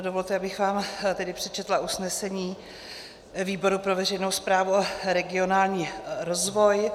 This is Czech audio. Dovolte, abych vám tedy přečetla usnesení výboru pro veřejnou správu a regionální rozvoj.